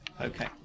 Okay